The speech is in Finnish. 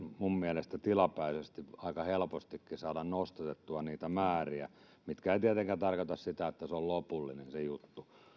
minun mielestäni voisi aika helpostikin saada nostatettua tilapäisesti niitä määriä mikä ei tietenkään tarkoita sitä että se on lopullinen juttu